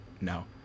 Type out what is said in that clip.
no